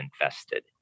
invested